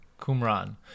Qumran